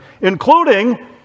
including